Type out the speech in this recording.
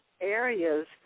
areas